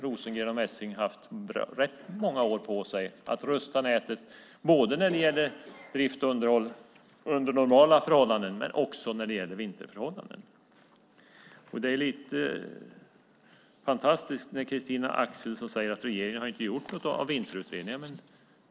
Rosengren och Messing hade haft rätt många år på sig att rusta nätet inte bara när det gäller drift och underhåll i normala förhållanden utan också när det gäller vinterförhållanden. Det är lite fantastiskt när Christina Axelsson säger att regeringen inte har gjort något av vinterutredningen.